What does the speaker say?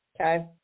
okay